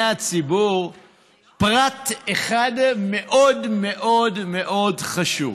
הציבור פרט אחד מאוד מאוד מאוד חשוב.